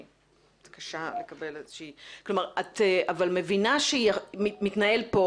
אבל את מבינה שמתנהל פה